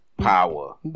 power